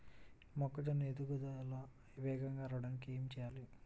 మొక్కజోన్న ఎదుగుదల వేగంగా రావడానికి ఏమి చెయ్యాలి?